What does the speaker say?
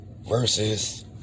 versus